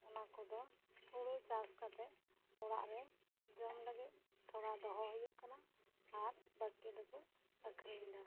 ᱚᱱᱟ ᱠᱚᱫᱚ ᱦᱩᱲᱩ ᱪᱟᱥᱠᱟᱛᱮᱜ ᱚᱲᱟᱜ ᱨᱮ ᱡᱚᱢ ᱞᱟᱹᱜᱤᱫ ᱛᱷᱚᱲᱟ ᱫᱚᱦᱚ ᱦᱩᱭᱩᱜ ᱠᱟᱱᱟ ᱟᱨ ᱵᱟᱹᱠᱤ ᱫᱚᱠᱩ ᱟᱹᱠᱷᱨᱤᱧᱮᱫᱟ